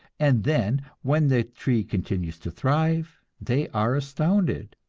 and then, when the tree continues to thrive, they are astounded.